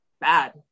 bad